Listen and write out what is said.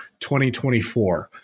2024